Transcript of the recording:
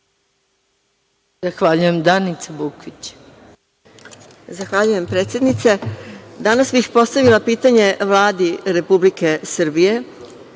**Danica Bukvić** Zahvaljujem predsednice. Danas bih postavila pitanje Vladi Republike Srbije,